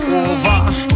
over